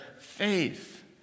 faith